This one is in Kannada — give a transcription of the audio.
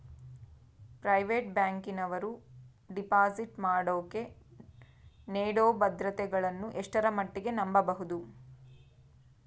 ಪ್ರೈವೇಟ್ ಬ್ಯಾಂಕಿನವರು ಡಿಪಾಸಿಟ್ ಮಾಡೋಕೆ ನೇಡೋ ಭದ್ರತೆಗಳನ್ನು ಎಷ್ಟರ ಮಟ್ಟಿಗೆ ನಂಬಬಹುದು?